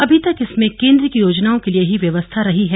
अभी तक इसमें केन्द्र की योजनाओं के लिए ही व्यवस्था रही है